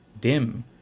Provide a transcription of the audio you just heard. dim